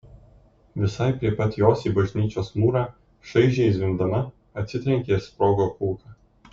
visai prie pat jos į bažnyčios mūrą šaižiai zvimbdama atsitrenkė ir sprogo kulka